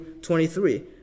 23